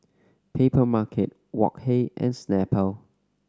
Papermarket Wok Hey and Snapple